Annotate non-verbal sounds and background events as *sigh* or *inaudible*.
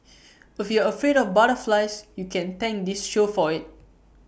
*noise* if you're afraid of butterflies you can thank this show for IT *noise*